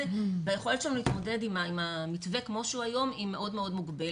והיכולת שלנו להתמודד עם המתווה כמו שהוא היום מאוד מוגבלת.